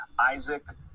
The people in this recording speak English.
Isaac